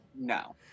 no